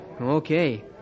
Okay